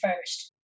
first